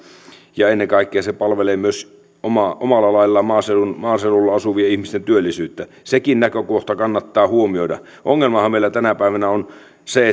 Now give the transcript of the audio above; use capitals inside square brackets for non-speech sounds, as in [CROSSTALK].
ja ennen kaikkea se palvelee omalla laillaan myös maaseudulla asuvien ihmisten työllisyyttä sekin näkökohta kannattaa huomioida ongelmahan meillä tänä päivänä on se [UNINTELLIGIBLE]